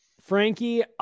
Frankie